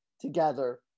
together